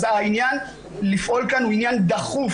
אז העניין לפעול כאן הוא עניין דחוף,